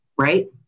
right